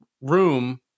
room